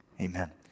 Amen